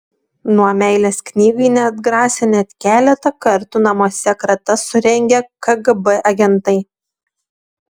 nuo meilės knygai neatgrasė net keletą kartų namuose kratas surengę kgb agentai